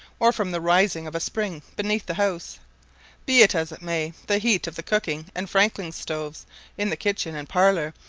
or from the rising of a spring beneath the house be it as it may, the heat of the cooking and franklin stoves in the kitchen and parlour,